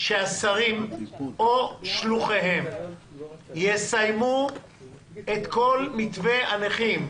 שהשרים או שולחיהם יסיימו את כל מתווה הנכים,